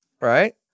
right